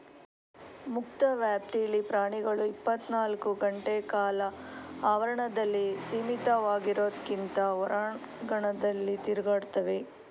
ಮುಕ್ತ ವ್ಯಾಪ್ತಿಲಿ ಪ್ರಾಣಿಗಳು ಇಪ್ಪತ್ನಾಲ್ಕು ಗಂಟೆಕಾಲ ಆವರಣದಲ್ಲಿ ಸೀಮಿತವಾಗಿರೋದ್ಕಿಂತ ಹೊರಾಂಗಣದಲ್ಲಿ ತಿರುಗಾಡ್ತವೆ